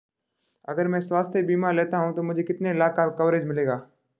अगर मैं स्वास्थ्य बीमा लेता हूं तो मुझे कितने लाख का कवरेज मिलेगा?